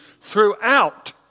throughout